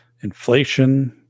inflation